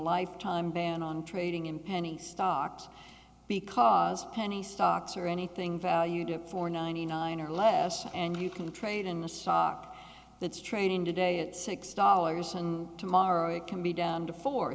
lifetime ban on trading in penny stocks because penny stocks are anything valued at four ninety nine or less and you can trade in a stock that's trading today at six dollars and tomorrow it can be down to four